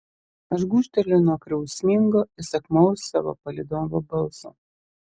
aš gūžteliu nuo griausmingo įsakmaus savo palydovo balso